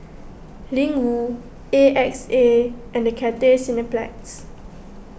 Ling Wu A X A and Cathay Cineplex